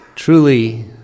Truly